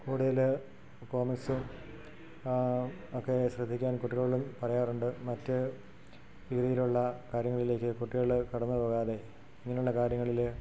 കൂടുതൽ കോമിക്സും ഒക്കെ ശ്രദ്ധിക്കാൻ കുട്ടികളോട് പറയാറുണ്ട് മറ്റു രീതിയിലുള്ള കാര്യങ്ങളിലേക്ക് കുട്ടികൾ കടന്നു പോകാതെ ഇങ്ങനെയുള്ള കാര്യങ്ങളിൽ